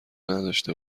نداشته